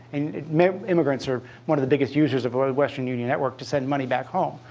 and immigrants are one of the biggest users of western union network to send money back home,